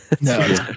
no